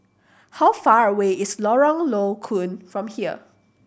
how far away is Lorong Low Koon from here